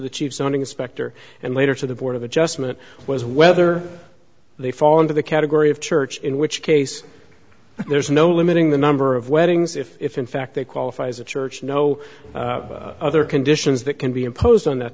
the chief zoning inspector and later to the board of adjustment was whether they fall into the category of church in which case there's no limiting the number of weddings if in fact they qualify as a church no other conditions that can be imposed on that